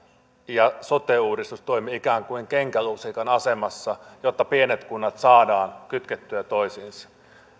ja sote uudistus toimi ikään kuin kenkälusikan asemassa jotta pienet kunnat saadaan kytkettyä toisiinsa